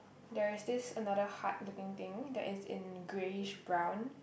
there is this another hut looking thing that is in greyish brown